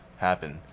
happen